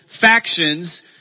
factions